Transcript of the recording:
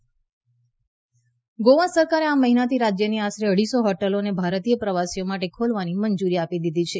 ગોવા સરકાર ગોવા સરકારે આ મહિનાથી રાજ્યની આશરે અઢીસો હોટલોને ભારતીય પ્રવાસીઓ માટે ખોલવાની મંજુરી આપી દીધી છે